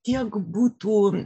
tiek būtų